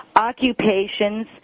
Occupations